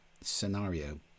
scenario